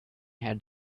had